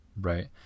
Right